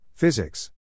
Physics